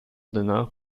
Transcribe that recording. danach